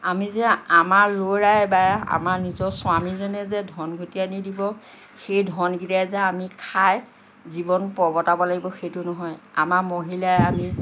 আমি যে আমাৰ ল'ৰাই বা আমাৰ নিজৰ স্বামীজনে যে ধন ঘটি আনি দিব সেই ধনকেইটাই যে আমি খাই জীৱন প্ৰৱৰ্তাব লাগিব সেইটো নহয় আমাৰ মহিলাই আমি